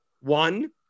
One